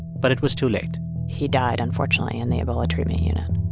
but it was too late he died, unfortunately, in the ebola treatment unit